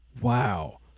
wow